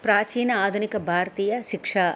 प्राचीन आधुनिकभारतीयशिक्षा